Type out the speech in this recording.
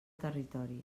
territori